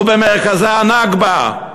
ובמרכזה הנכבה,